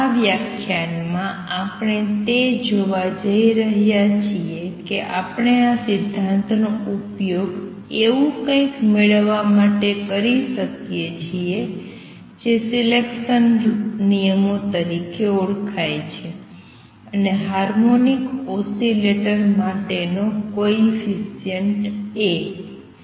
આ વ્યાખ્યાનમાં આપણે તે જોવા જઈ રહ્યા છીએ કે આપણે આ સિદ્ધાંતનો ઉપયોગ એવું કંઈક મેળવવા માટે કરી શકીએ છીએ જે સિલેકસન નિયમો તરીકે ઓળખાય છે અને હાર્મોનિક ઓસિલેટર માટેનો કોએફિસિએંટ A પણ